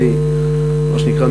הוא מה שנקרא,